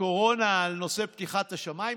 הקורונה על נושא פתיחת השמיים,